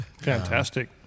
Fantastic